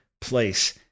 place